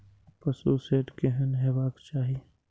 पशु शेड केहन हेबाक चाही?